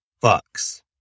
fox